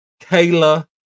Kayla